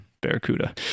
Barracuda